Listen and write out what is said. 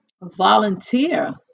volunteer